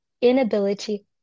inability